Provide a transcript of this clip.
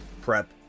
prep